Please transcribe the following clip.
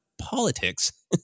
politics